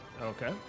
Okay